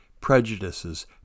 prejudices